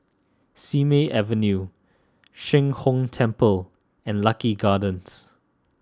Simei Avenue Sheng Hong Temple and Lucky Gardens